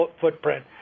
footprint